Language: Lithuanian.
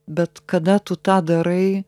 bet kada tu tą darai